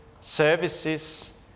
services